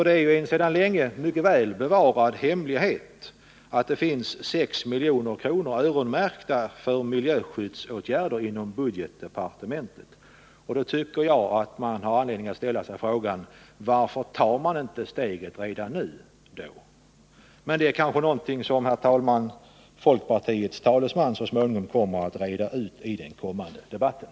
Det är en väl bevarad hemlighet att det inom budgetdepartementet sedan länge finns sex miljoner öronmärkta för miljöskyddsåtgärder. Varför då inte ta steget redan nu? Det är något som kanske folkpartiets talesman kommer att reda ut i den kommande debatten.